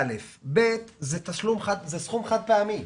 דבר שני, זה סכום חד פעמי.